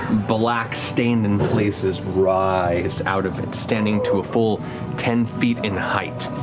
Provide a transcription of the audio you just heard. black-stained in places, rise out of it, standing to a full ten feet in height.